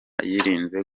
yirinze